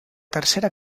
tercera